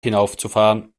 hinaufzufahren